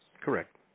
correct